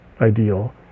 ideal